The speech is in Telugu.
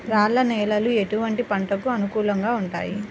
రాళ్ల నేలలు ఎటువంటి పంటలకు అనుకూలంగా ఉంటాయి?